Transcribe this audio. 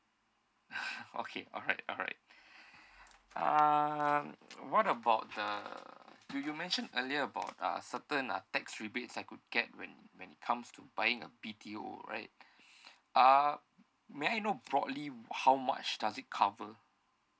okay alright alright um what about the you you mentioned earlier about uh certain uh tax rebates I could get when when it comes to buying a B_T_O right uh may I know broadly how much does it cover